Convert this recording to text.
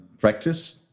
practice